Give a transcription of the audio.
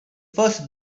first